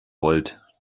wollt